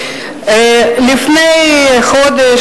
לפני חודש,